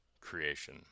creation